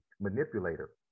manipulator